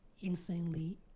insanely